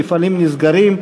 מפעלים נסגרים,